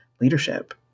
leadership